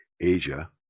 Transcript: Asia